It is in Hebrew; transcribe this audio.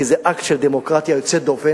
כי זה אקט של דמוקרטיה יוצאת דופן.